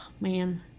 Man